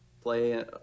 play